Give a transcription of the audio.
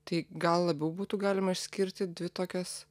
tai gal labiau būtų galima išskirti dvi tokias